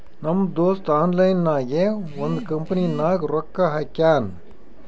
ನಮ್ ದೋಸ್ತ ಆನ್ಲೈನ್ ನಾಗೆ ಒಂದ್ ಕಂಪನಿನಾಗ್ ರೊಕ್ಕಾ ಹಾಕ್ಯಾನ್